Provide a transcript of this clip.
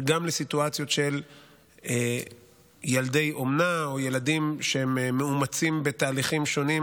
ויש גם סיטואציות של ילדי אומנה או ילדים שהם מאומצים בתהליכים שונים,